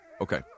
Okay